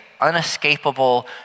unescapable